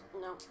No